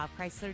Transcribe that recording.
Chrysler